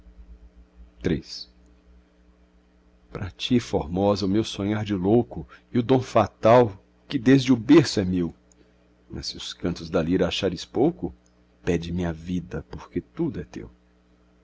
fim pra ti formosa o meu sonhar de louco e o dom fatal que desde o berço é meu mas se os cantos da lira achares pouco pede-me a vida porque tudo é teu